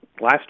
last